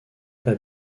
pas